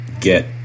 get